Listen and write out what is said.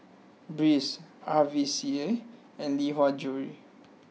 Breeze R V C A and Lee Hwa Jewellery